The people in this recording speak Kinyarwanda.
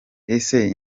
ese